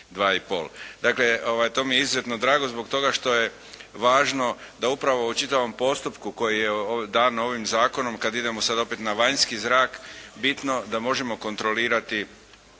Dakle, to mi je izuzetno drago zbog toga što je važno da upravo u čitavom postupku koji je dan ovim zakonom, kad idemo sad opet na vanjski zrak, bitno da možemo kontrolirati